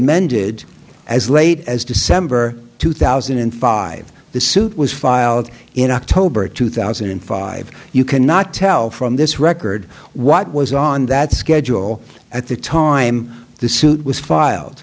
amended as late as december two thousand and five the suit was filed in october two thousand and five you cannot tell from this record what was on that schedule at the time the suit was filed